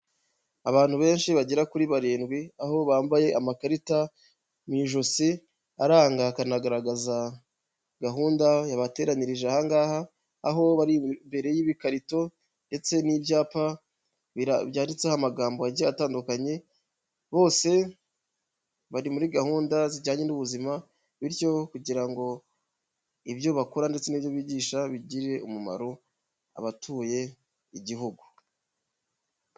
Abantu benshi bagera kuri barindwi, aho bambaye amakarita mu ijosi aranga akanagaragaza gahunda yabateranirije aha ngaha aho bari imbere y'ibikarito ndetse n'ibyapa byanditseho amagambo agiye atandukanye, bose bari muri gahunda zijyanye n'ubuzima bityo kugira ngo ibyo bakora ndetse n'ibyo bigisha bigirire umumaro abatuye igihugu.